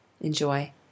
Enjoy